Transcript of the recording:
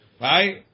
Right